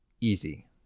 Easy